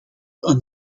een